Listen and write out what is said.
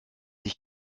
sich